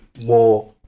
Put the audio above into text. more